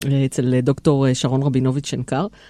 אצל דוקטור שרון רבינוביץ' שנקר.